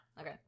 okay